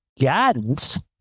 guidance